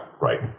right